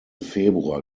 februar